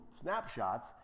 snapshots